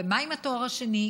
ומה עם התואר השני,